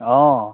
অঁ